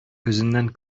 күзеннән